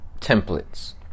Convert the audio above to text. templates